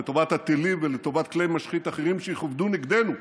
לטובת הטילים ולטובת כלי משחית אחרים שיכוונו נגדנו.